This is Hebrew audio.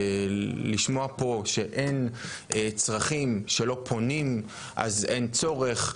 לשמוע פה שאין צרכים, שלא פונים אז אין צורך.